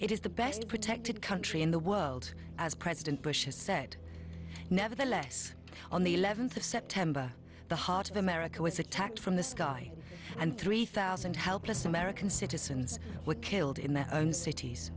it is the best protected country in the world as president bush has said nevertheless on the eleventh of september the heart of america was attacked from the sky and three thousand helpless american citizens were killed in their own cities